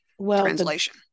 translation